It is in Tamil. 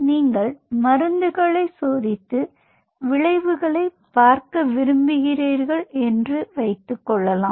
நீங்கள் மருந்துகளை சோதித்து விளைவுகளை பார்க்க விரும்புகிறீர்கள் என்று வைத்துக் கொள்ளலாம்